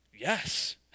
Yes